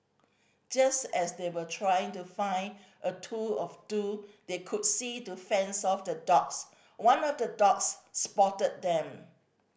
just as they were trying to find a tool or two that they could see to fend off the dogs one of the dogs spotted them